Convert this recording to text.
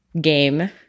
game